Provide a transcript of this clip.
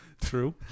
true